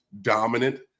dominant